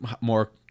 more